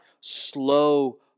slow